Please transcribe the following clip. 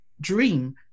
dream